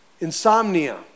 insomnia